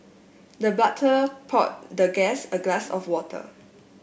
the butler poured the guest a glass of water